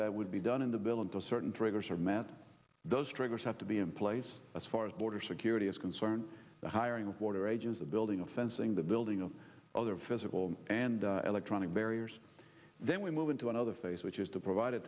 that would be done in the bill and to certain triggers are met those triggers have to be in place as far as border security is concerned hiring water ages the building of fencing the building of other physical and electronic barriers then we move into another phase which is to provide a